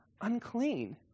unclean